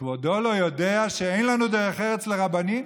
כבודו לא יודע שאין לנו דרך ארץ לרבנים?